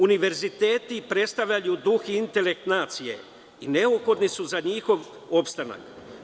Univerziteti predstavljaju duh i intelekt nacije i neophodni su za njihov opstanak.